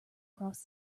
across